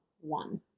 one